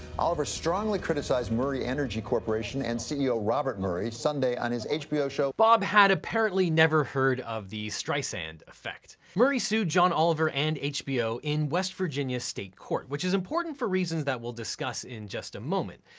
oliver strongly criticized murray energy corporation and ceo, robert murray, sunday on his hbo show. bob had apparently never heard of the streisand effect. murray sued john oliver and hbo in west virginia state court. which is important for reasons that we'll discuss in just a moment.